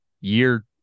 year